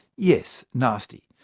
yes, nasty.